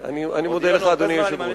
אני מודה לך, אדוני היושב-ראש.